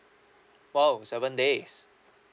!wow! seven days